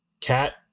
Cat